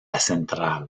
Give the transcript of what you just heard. central